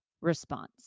response